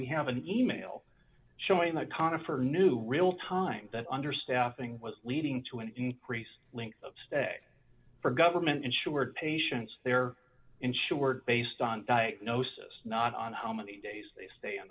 we have an email showing the conifer new real time that understaffing was leading to an increase length of stay for government insured patients they're insured based on diagnosis not on how many days they stay in